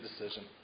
decision